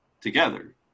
together